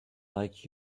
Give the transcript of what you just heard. like